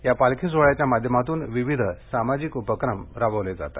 या पालखी सोहळ्याच्या माध्यमातून विविध सामाजिक उपक्रम राबवले जातात